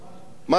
מה לעשות?